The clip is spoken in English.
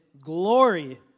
glory